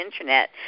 internet